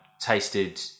tasted